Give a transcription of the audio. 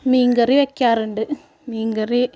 മീൻകറി വയ്ക്കാറുണ്ട് മീൻകറി